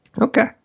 Okay